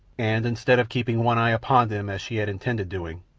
and instead of keeping one eye upon them as she had intended doing,